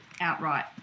outright